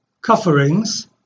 coverings